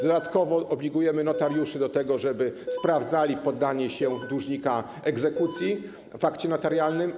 Dodatkowo obligujemy notariuszy do tego, żeby sprawdzali poddanie się dłużnika egzekucji w akcie notarialnym.